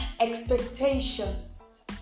expectations